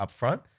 upfront